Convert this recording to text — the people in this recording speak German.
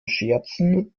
scherzen